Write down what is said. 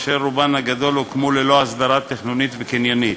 אשר רובן הגדול הוקמו ללא הסדרה תכנונית וקניינית.